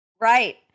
Right